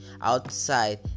outside